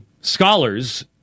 scholars